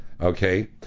Okay